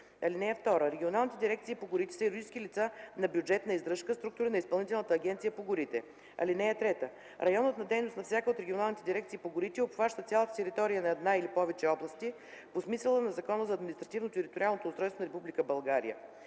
(2) Регионалните дирекции по горите са юридически лица на бюджетна издръжка - структури на Изпълнителната агенция по горите. (3) Районът на дейност на всяка от регионалните дирекции по горите обхваща цялата територия на една или повече области, по смисъла на Закона за административно-териториалното устройство на Република България.